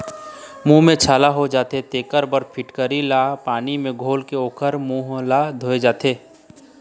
मूंह म छाला हो जाथे तेखर बर फिटकिरी ल पानी म घोलके ओखर मूंह ल धोए जाथे